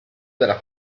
della